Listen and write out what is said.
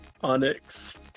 Onyx